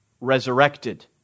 resurrected